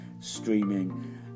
streaming